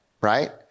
right